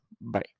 Bye